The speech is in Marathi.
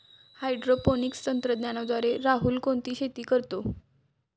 हायड्रोपोनिक्स तंत्रज्ञानाद्वारे राहुल कोणती शेती करतो?